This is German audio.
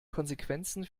konsequenzen